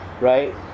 Right